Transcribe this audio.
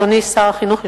אדוני שר החינוך,